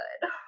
good